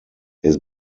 his